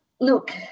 look